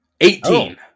Eighteen